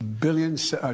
Billions